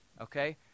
Okay